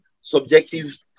subjective